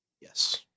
Yes